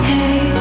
Hey